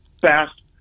fast